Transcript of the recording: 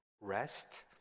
rest